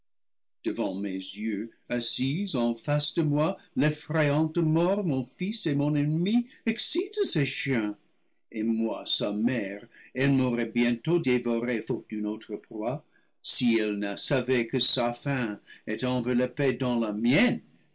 devant mes yeux assise en face de moi l'effrayante mort mon fils et mon ennemi excite ces chiens et moi sa mère elle m'aurait bientôt dévorée faute d'une autre proie si elle ne savait que sa fin est enveloppée dans la mienne